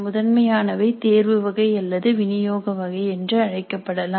முதன்மையானவை தேர்வு வகை அல்லது வினியோக வகை என்று அழைக்கப்படலாம்